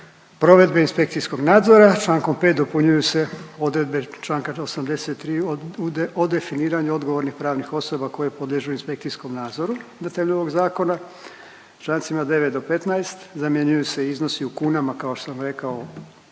provedbe inspekcijskog nadzora. Čl. 5 dopunjuju se odredbe čl. 83 o definiranju odgovornih pravnih osoba koje podliježu inspekcijskom nadzoru na temelju ovog zakona. Čl. 9 do 15 zamjenjuju se iznosi u kunama kao što sam rekao,